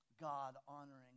God-honoring